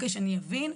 ומתן.